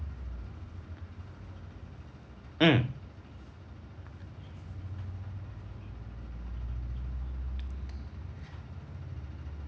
mm